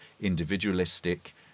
individualistic